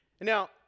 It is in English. Now